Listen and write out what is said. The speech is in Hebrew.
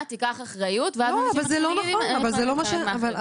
לוקחת אחריות ואז אנשים אחרים יתעלמו מהאחריות שלהם.